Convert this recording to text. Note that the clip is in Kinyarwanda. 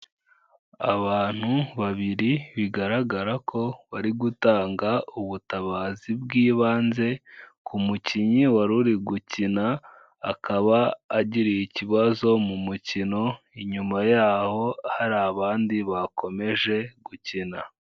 Abantu babiri bigaragara ko bari gutanga ubutabazi bw'ibanze ku mukinnyi wari uri gukina, akaba agiriye ikibazo mu mukino, inyuma yaho, hari abandi bakomeje gukina.